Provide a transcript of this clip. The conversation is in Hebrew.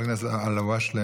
חבר הכנסת אלהואשלה,